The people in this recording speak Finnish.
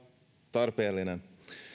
tarpeellinen